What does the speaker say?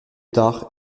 tard